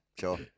sure